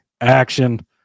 action